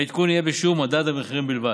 העדכון יהיה בשיעור מדד המחירים בלבד.